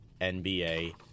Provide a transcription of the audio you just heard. NBA